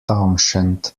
townshend